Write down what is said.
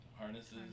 harnesses